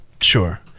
Sure